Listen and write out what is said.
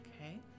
Okay